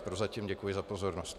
Prozatím děkuji za pozornost.